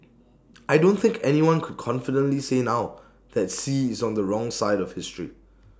I don't think anyone could confidently say now that Xi is on the wrong side of history